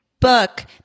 Book